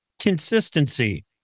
Consistency